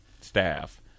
staff